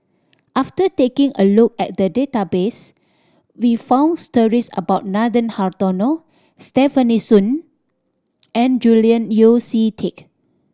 after taking a look at the database we found stories about Nathan Hartono Stefanie Sun and Julian Yeo See Teck